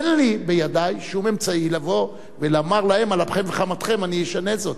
אין בידי שום אמצעי לבוא ולומר להם: על אפכם וחמתכם אני אשנה זאת.